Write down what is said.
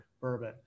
bourbon